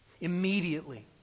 Immediately